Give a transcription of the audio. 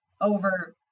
over